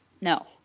No